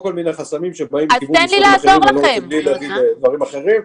כל מיני חסמים שבאים מכיוון משרדים אחרים.